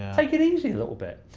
take it easy a little bit.